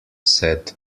said